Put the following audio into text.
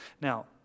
Now